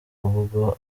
ubwo